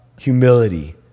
Humility